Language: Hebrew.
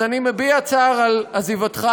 אז אני מביע צער על עזיבתך.